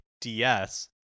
ds